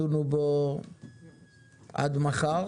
בסעיף של הדבש תדונו עד מחר,